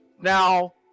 Now